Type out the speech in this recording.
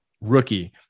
rookie